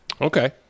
Okay